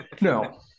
no